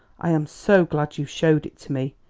i am so glad you showed it to me!